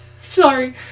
sorry